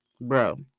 bro